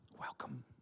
Welcome